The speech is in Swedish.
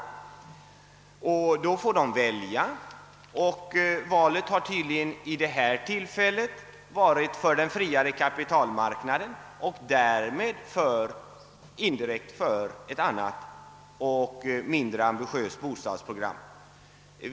Vi ställs då inför ett val, och de har för sin del tydligen vid detta tillfälle valt en friare kapitalmarknad och därmed indirekt ett annat och mindre ambitiöst bostadsprogram.